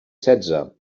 setze